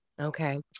Okay